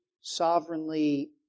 sovereignly